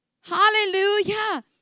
hallelujah